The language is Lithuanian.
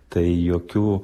tai jokių